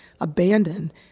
abandoned